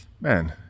man